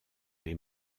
les